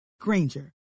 Granger